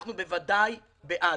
אנחנו בוודאי בעד.